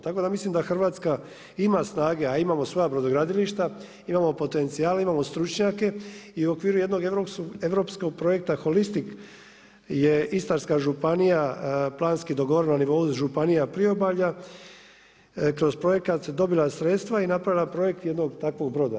Tako da mislim da Hrvatska ima snage, a imamo svoja brodogradilišta, imamo potencijale, imamo stručnjake i u okviru jednog europskog projekta Holistik je Istarska županija planski dogovorena na nivou županija pribavlja, kroz projekat dobila sredstva i napravila projekt jednog takvog broda.